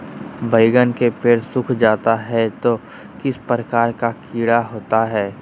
बैगन के पेड़ सूख जाता है तो किस प्रकार के कीड़ा होता है?